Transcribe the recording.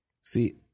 see